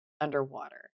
underwater